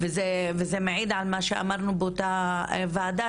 וזה מעיד על מה שאמרנו באותה ועדה